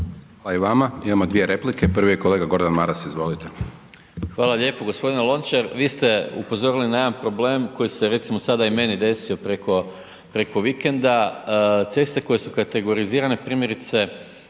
Hvala i vama. Imamo dvije replike, prvi je kolega Gordan Maras, izvolite. **Maras, Gordan (SDP)** Hvala lijepo. G. Lončar, vi ste upozorili na jedan problem koji se recimo sada i meni desio preko vikenda, ceste koje su kategorizirane primjerice